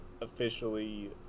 officially